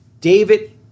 David